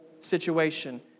situation